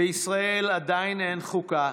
לישראל עדיין אין חוקה,